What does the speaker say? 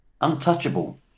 Untouchable